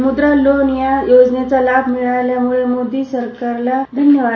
म्द्रा loan या योजनेचा लाभ मिळाल्याम्ळे मोदी सरकारला धन्यवाद